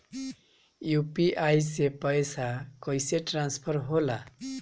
UPI से पैसा कैसे ट्रांसफर होला?